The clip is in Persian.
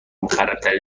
مخربترین